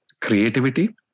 creativity